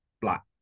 black